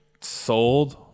sold